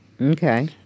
Okay